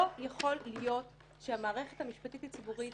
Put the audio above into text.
לא יכול להיות שהמערכת המשפטית הציבורית,